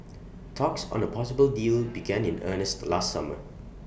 talks on A possible deal began in earnest last summer